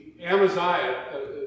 Amaziah